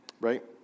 right